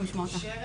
הגעתי לנושא הזה